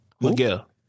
Miguel